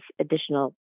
additional